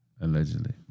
Allegedly